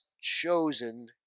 chosen